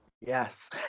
Yes